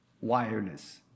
wireless